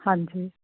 ਹਾਂਜੀ